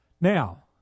Now